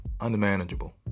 unmanageable